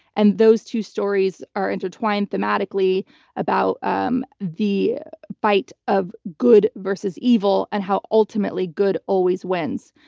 and those two stories are intertwined thematically about um the fight of good versus evil and how ultimately good always wins.